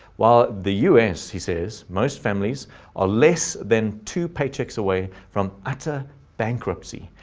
while the us he says most families are less than two paychecks away from utter bankruptcy.